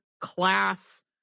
class